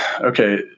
okay